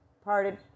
parted